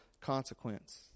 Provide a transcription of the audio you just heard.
consequence